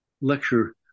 lecture